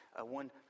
one